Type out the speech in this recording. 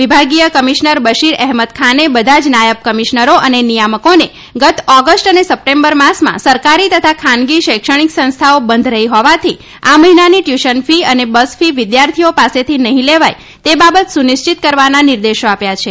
વિભાગીય કમિશનર બશીર અહેમદ ખાને બધા જ નાયબ કમિશનરો અને નિયામકોને ગત ઓગસ્ટ અને સપ્ટેમ્બર આભાર નિહારીકા રવિથા માસમાં સરકારી તથા ખાનગી શૈક્ષણિક સંસ્થાઓ બંધ રહી હોવાથી આ મહિનાની ટ્યુશન ફી અને બસ ફી વિદ્યાર્થીઓ પાસેથી નહીં લેવાય તે બાબત સુનિશ્વત કરવાના નિર્દેશો આપ્યા છે